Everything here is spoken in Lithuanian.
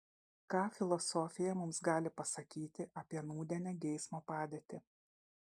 ką filosofija mums gali pasakyti apie nūdienę geismo padėtį